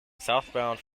southbound